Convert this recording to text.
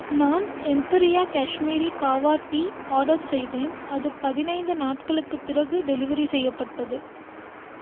நான் எம்பீரியா Kashmiri kahwa tea order செய்தேன் அது பதினைந்து நாட்களுக்குப் பிறகு டெலிவரி செய்யப்பட்டது